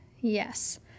Yes